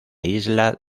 isla